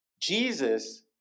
Jesus